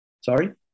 Sorry